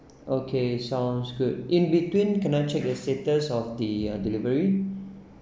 okay sounds good in between can I check the status of the delivery